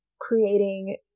creating